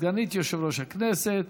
סגנית יושב-ראש הכנסת,